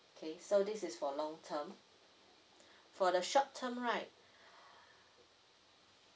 K so this is for long term for the short term right